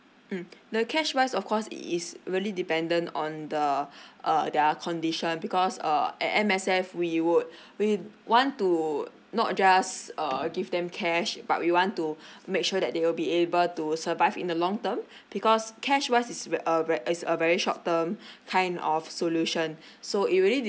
mm the cash wise of course it is really dependent on the uh their condition because uh at M_S_F we would we want to not just err give them cash but we want to make sure that they will be able to survive in the long term because cash wise is very uh very uh is a very short term kind of solution so it really